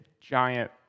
giant